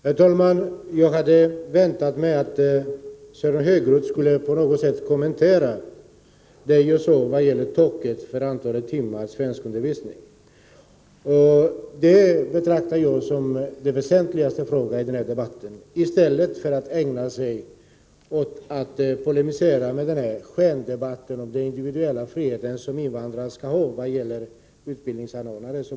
Herr talman! Jag hade väntat mig att Sören Häggroth skulle på något sätt kommentera det föreslagna taket för antalet timmar svenskundervisning — jag betraktar detta som den väsentligaste frågan i denna debatt — i stället för att ägna sig åt att polemisera i den här skendebatten med moderaterna om den individuella friheten för invandrarna vid valet av utbildningsanordnare.